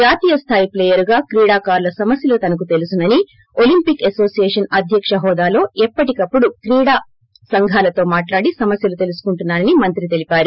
జాతీయస్థాయి ప్లేయరుగా క్రీడాకారుల సమస్యలు తనకు తెలుసునని ఒలింపిక్ అనోసియేషన్ అధ్యక్ష హోదాలో ఎప్పటికప్పుడు క్రీడా సంఘాలతో మాట్లాడి సమస్వలు తెలుసుకుంటున్నా నని మంత్రి తెలిపోరు